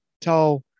tell